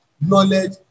Knowledge